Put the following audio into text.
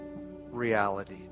reality